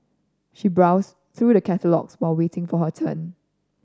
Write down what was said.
she browsed through the catalogues while waiting for her turn